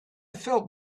felt